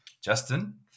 Justin